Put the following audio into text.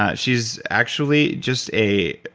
ah she's actually just a.